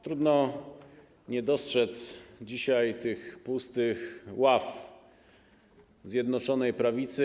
Trudno nie dostrzec dzisiaj tych pustych ław Zjednoczonej Prawicy.